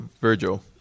Virgil